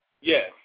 Yes